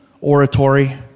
oratory